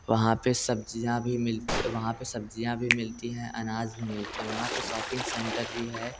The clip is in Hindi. वहाँ पर सब्ज़ियाँ भी मिलती हैं वहाँ पर सब्ज़ियाँ भी मिलती हैं अनाज भी मिलती है वहाँ पर शॉपिंग सेंटर भी है